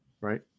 right